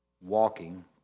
walking